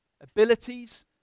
abilities